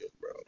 bro